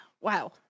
Wow